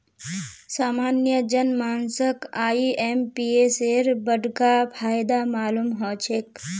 सामान्य जन मानसक आईएमपीएसेर बडका फायदा मालूम ह छेक